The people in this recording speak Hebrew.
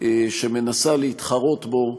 שמנסה להתחרות בו.